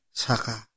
saka